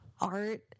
art